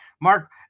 Mark